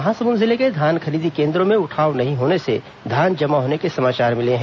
महासमुंद जिले के धान खरीदी केंद्रों में उठाव नहीं होने से धान जमा होने के समाचार मिले हैं